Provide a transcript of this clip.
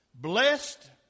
Blessed